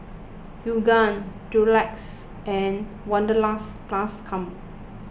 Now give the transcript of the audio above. Yoogane Durex and Wanderlust Plus Co